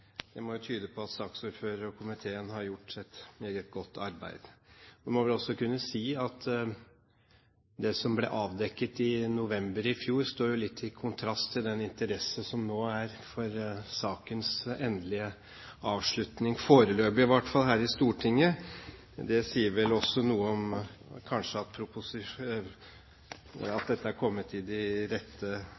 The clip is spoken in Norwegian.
Det må tyde på at saksordføreren og komiteen har gjort et meget godt arbeid. En må vel også kunne si at det som ble avdekket i november i fjor, står litt i kontrast til den interesse som det nå er for sakens endelige avslutning – foreløpig i hvert fall her i Stortinget. Det sier vel også noe om at dette er kommet i de rette